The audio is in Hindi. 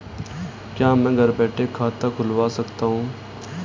क्या मैं घर बैठे खाता खुलवा सकता हूँ?